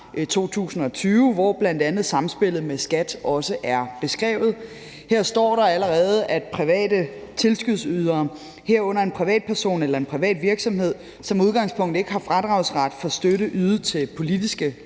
2020, hvor bl.a. samspillet med skattevæsenet også er beskrevet. Her står der allerede, at private tilskudsydere, herunder en privatperson eller en privat virksomhed, som udgangspunkt ikke har fradragsret for støtte ydet til politiske